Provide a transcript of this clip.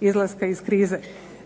izlaska iz krize.